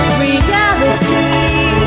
reality